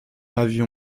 avion